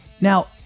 Now